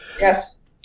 yes